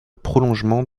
prolongement